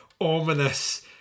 ominous